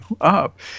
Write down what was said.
up